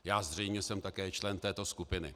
Já zřejmě jsem také člen této skupiny.